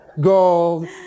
gold